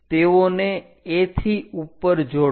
તેઓને A થી ઉપર જોડો